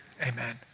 Amen